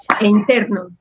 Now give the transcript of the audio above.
interno